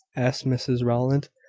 asked mrs rowland.